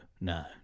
no